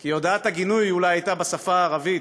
כי הודעת הגינוי אולי הייתה בשפה הערבית,